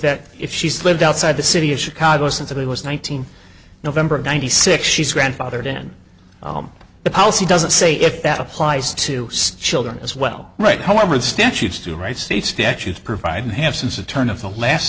that if she's lived outside the city of chicago since i was nineteen november of ninety six she's grandfathered in the policy doesn't say if that applies to still there as well right however statutes do right state statutes provide have since the turn of the last